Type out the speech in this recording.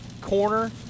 corner